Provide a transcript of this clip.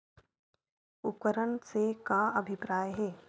उपकरण से का अभिप्राय हे?